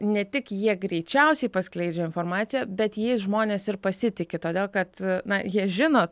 ne tik jie greičiausiai paskleidžia informaciją bet jais žmonės ir pasitiki todėl kad na jie žino